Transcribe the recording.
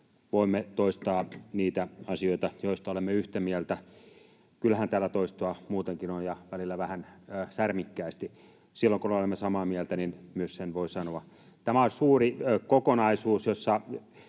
Voimme toistaa niitä asioita, joista olemme yhtä mieltä. Kyllähän täällä toistoa muutenkin on ja välillä vähän särmikkäästi. Silloin, kun olemme samaa mieltä, myös sen voi sanoa. Tämä on suuri kokonaisuus, jossa